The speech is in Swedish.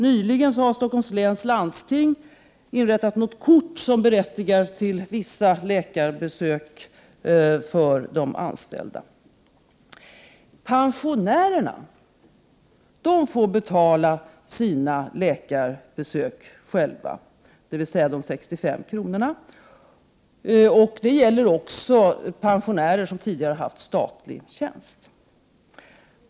Nyligen inrättade Stockholms läns landsting ett kort, som berättigar de anställda till vissa läkarbesök. Pensionärerna får betala sina läkarbesök själva, dvs. 65 kr. Det gäller också pensionärer som tidigare har haft statlig tjänst.